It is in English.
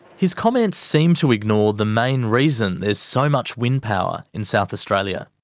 his comments seem to ignore the main reason there's so much wind power in south australia.